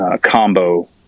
combo